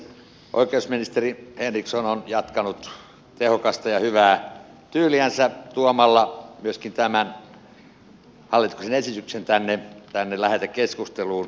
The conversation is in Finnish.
oikeusministeri henriksson on jatkanut tehokasta ja hyvää tyyliänsä tuomalla myöskin tämän hallituksen esityksen tänne lähetekeskusteluun